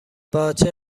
باچه